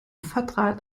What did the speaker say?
vertrat